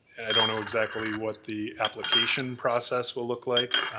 i don't know exactly what the application process will look like,